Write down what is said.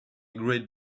great